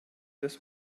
this